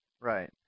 Right